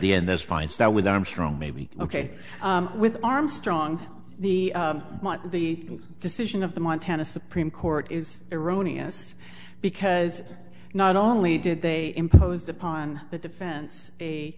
the end that's fine start with armstrong maybe ok with armstrong the the decision of the montana supreme court is eroni us because not only did they imposed upon the defense a